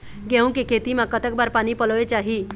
गेहूं के खेती मा कतक बार पानी परोए चाही?